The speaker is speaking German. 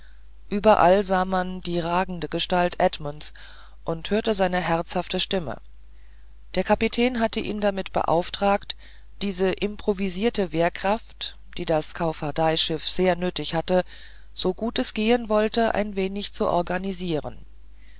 überall sah man die ragende gestalt edmunds und hörte seine herzhafte stimme der kapitän hatte ihn damit beauftragt diese improvisierte wehrkraft die das koffardeischiff sehr nötig hatte so gut es gehen wollte ein wenig zu organisieren